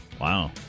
Wow